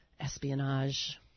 espionage